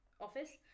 office